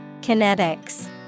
Kinetics